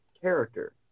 character